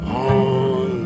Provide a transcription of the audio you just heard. on